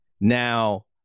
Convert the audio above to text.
Now